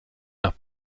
nach